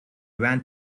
went